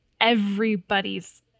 everybody's